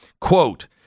Quote